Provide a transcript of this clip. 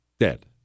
dead